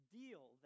deal